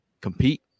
compete